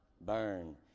burn